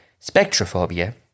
spectrophobia